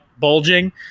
bulging